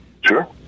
sure